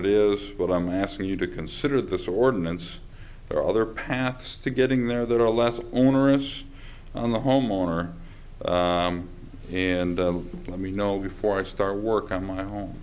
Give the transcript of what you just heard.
it is but i'm asking you to consider this ordinance there are other paths to getting there that are less onerous on the homeowner and let me know before i start work on my